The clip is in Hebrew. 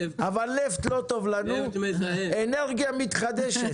אבל נפט לא טוב לנו אנרגיה מתחדשת,